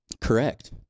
Correct